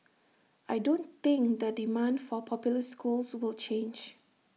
I don't think the demand for popular schools will change